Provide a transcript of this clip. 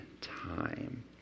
time